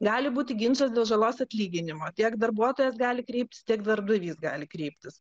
gali būti ginčas dėl žalos atlyginimo tiek darbuotojas gali kreiptis tiek darbdavys gali kreiptis